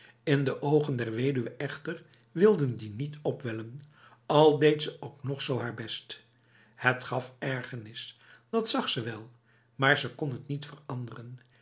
in de ogen der weduwe echter wilden die niet opwellen al deed ze ook nog zo haar best het gaf ergernis dat zag ze wel maar ze kon het niet veranderen